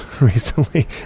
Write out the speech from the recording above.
recently